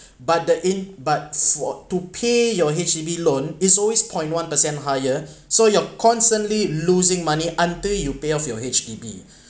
but the in but fo~ to pay your H_D_B loan is always point one percent higher so you're constantly losing money until you pay off your H_D_B